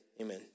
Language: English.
Amen